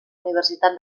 universitat